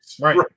right